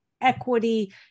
equity